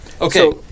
Okay